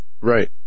Right